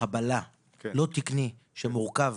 חבלה לא תקני שמורכב